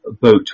boat